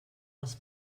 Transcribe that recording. dels